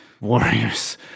Warriors